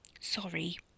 Sorry